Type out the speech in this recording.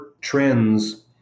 trends